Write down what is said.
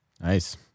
Nice